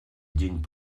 день